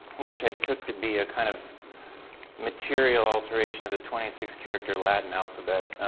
which i took to be a kind of material alteration of the twenty six character latin alphabet